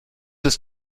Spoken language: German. ist